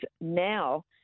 now